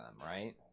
right